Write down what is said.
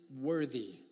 worthy